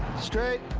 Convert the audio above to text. straight.